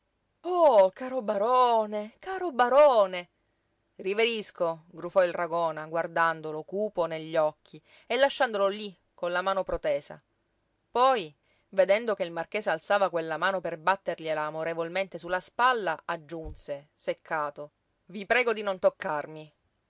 oh caro barone caro barone riverisco grufò il ragona guardandolo cupo negli occhi e lasciandolo lí con la mano protesa poi vedendo che il marchese alzava quella mano per battergliela amorevolmente su la spalla aggiunse seccato i prego di non toccarmi